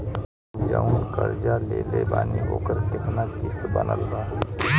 हम जऊन कर्जा लेले बानी ओकर केतना किश्त बनल बा?